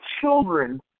children